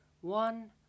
one